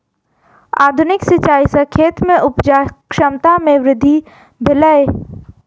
आधुनिक सिचाई सॅ खेत में उपजा क्षमता में वृद्धि भेलै